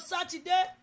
Saturday